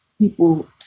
people